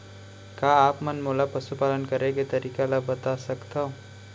का आप मन मोला पशुपालन करे के तरीका ल बता सकथव?